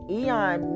eon